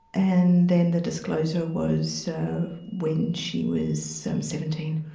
and then the disclosure was when she was seventeen.